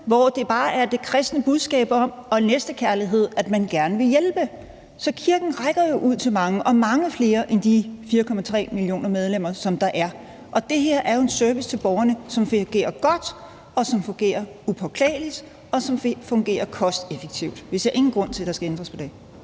andet, hvor det kristne budskab om næstekærlighed er, at man gerne vil hjælpe. Kirken rækker jo ud til mange og mange flere end de 4,3 millioner medlemmer, som der er. Det her er jo en service til borgerne, som fungerer godt, og som fungerer upåklageligt, og som fungerer kosteffektivt. Vi ser ingen grund til, at der skal ændres på det.